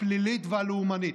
הפלילית והלאומנית.